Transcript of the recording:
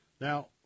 Now